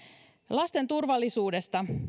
lasten turvallisuudesta